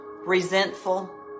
resentful